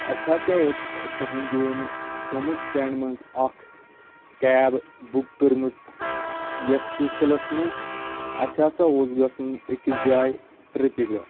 اَسہِ ہاسا ٲسۍ تُہنٛدِ ییٚمہِ سومو سِٹیٚنٛد منٛز اکھ کیب بُک کٔرمٕژ یَتھ سِلسِلَس منٛز اَسہِ ہاسا اوس گژھُن أکِس جایہِ ٹرٕپہِ پٮ۪ٹھ